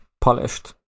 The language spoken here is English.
polished